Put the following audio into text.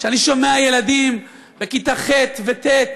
כשאני שומע ילדים בכיתה ח' וט'